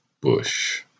Bush